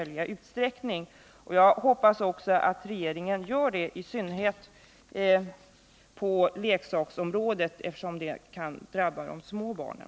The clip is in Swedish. Jag hoppas att regeringen gör detta, i synnerhet på leksaksområdet, eftersom kadmium här drabbar de små barnen.